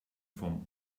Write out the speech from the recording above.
from